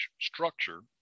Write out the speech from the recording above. structure